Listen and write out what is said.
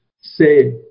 say